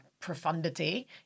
profundity